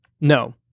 No